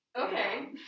Okay